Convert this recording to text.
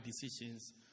decisions